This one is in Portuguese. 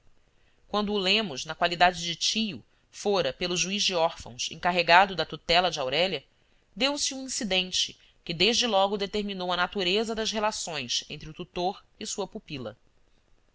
o lemos na qualidade de tio fora pelo juiz de órfãos encarregado da tutela de aurélia deuse um incidente que desde logo determinou a natureza das relações entre o tutor e sua pupila